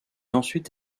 ensuite